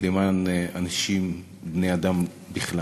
למען אנשים, בני-אדם בכלל.